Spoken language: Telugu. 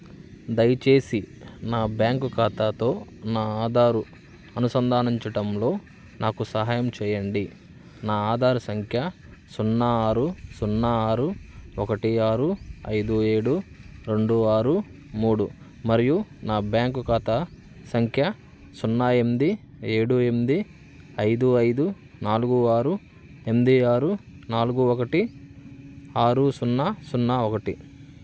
దయచేసి నా బ్యాంకు ఖాతాతో నా ఆధారు అనుసంధానించటంలో నాకు సహాయం చేయండి నా ఆధార్ సంఖ్య సున్నా ఆరు సున్నా ఆరు ఒకటి ఆరు ఐదు ఏడు రెండు ఆరు మూడు మరియు నా బ్యాంకు ఖాతా సంఖ్య సున్నా ఎనిమిది ఏడు ఎనిమిది ఐదు ఐదు నాలుగు ఆరు ఎనిమిది ఆరు నాలుగు ఒకటి ఆరు సున్నా సున్నా ఒకటి